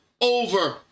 over